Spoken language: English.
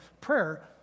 prayer